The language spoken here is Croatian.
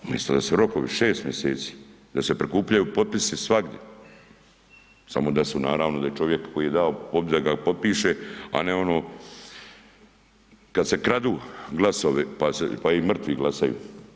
Umjesto da su rokovi 6 mjeseci, da se prikupljaju potpisi svagdje, samo da su naravno, da je čovjek koji je dao da ga potpiše a ne ono kada se kradu glasovi pa i mrtvi glasaju.